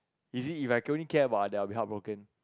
easy if I can only care about that I will be heart broken